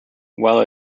while